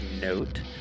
note